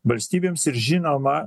valstybėms ir žinoma